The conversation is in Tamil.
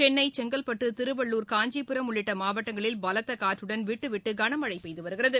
சென்னை செங்கல்பட்டு திருவள்ளூர் காஞ்சிபுரம் உள்ளிட்ட மாவட்டங்களில் பலத்த காற்றுடன் விட்டு விட்டு கனமழை பெய்து வருகிறது